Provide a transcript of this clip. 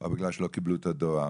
או בגלל שלא קיבלו את הדואר,